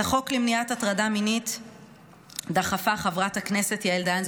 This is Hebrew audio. את החוק למניעת הטרדה מינית דחפה חברת הכנסת יעל דיין,